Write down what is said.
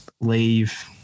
leave